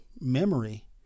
memory